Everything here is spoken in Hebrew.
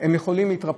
הם יכולים להתרפא